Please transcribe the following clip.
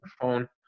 phone